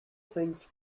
things